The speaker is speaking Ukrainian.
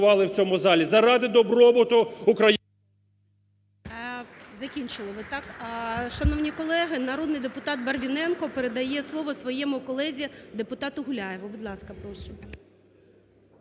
Закінчили ви, так? Шановні колеги! Народний депутат Барвіненко передає слово своєму колезі депутату Гуляєву. БЕРЕЗА Б.Ю. удь ласка, прошу.